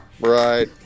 Right